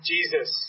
Jesus